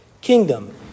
kingdom